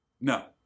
No